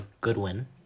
Goodwin